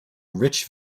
rich